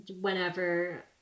whenever